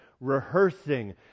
rehearsing